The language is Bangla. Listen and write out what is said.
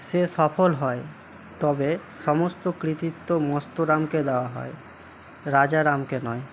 সে সফল হয় তবে সমস্ত কৃতিত্ব মস্তরামকে দাওয়া হয় রাজারামকে নয়